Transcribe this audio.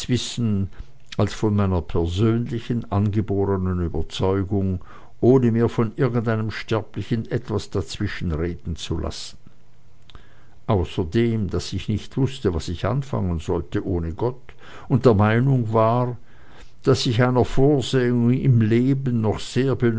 wissen als von meiner persönlichen angeborenen überzeugung ohne mir von irgendeinem sterblichen etwas dazwischenreden zu lassen außerdem daß ich nicht wußte was ich anfangen sollte ohne gott und ich der meinung war daß ich einer vorsehung im leben noch sehr